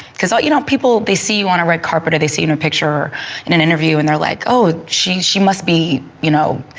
because you know people, they see you on a red carpet or they see you in a picture or in an interview, and they're like, oh she she must be you know